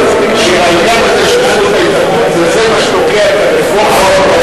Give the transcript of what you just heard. העניין הזה של זכות ההתאגדות זה מה שתוקע את הרפורמה,